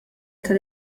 tal